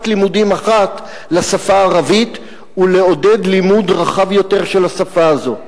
לימודים אחת לשפה הערבית ולעודד לימוד רחב יותר של השפה הזו.